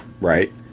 right